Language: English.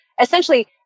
essentially